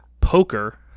poker